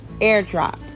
airdrop